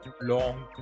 long